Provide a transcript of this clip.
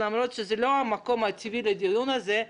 למרות שזה לא המקום הטבעי לדיון הזה,